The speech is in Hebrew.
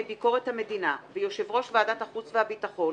ביקורת המדינה ויושב ראש ועדת החוץ והביטחון